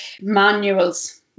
manuals